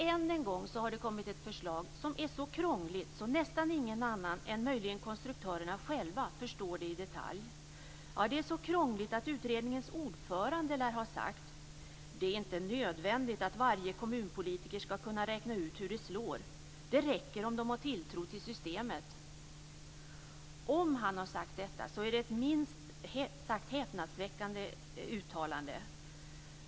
Än en gång har det kommit ett förslag som är så krångligt att nästan ingen annan än möjligen konstruktörerna själva förstår det i detalj. Ja, det är så krångligt att utredningens ordförande lär ha sagt: Det är inte nödvändigt att varje kommunpolitiker skall kunna räkna ut hur det slår. Det räcker om de har tilltro till systemet. Om han har sagt detta är det ett minst sagt häpnadsväckande uttalande.